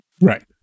Right